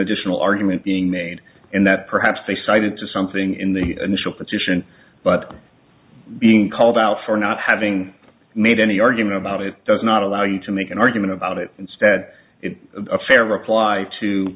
additional argument being made and that perhaps they cited to something in the initial petition but being called out for not having made any argument about it does not allow you to make an argument about it instead of a fair reply to